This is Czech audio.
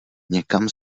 někam